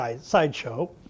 sideshow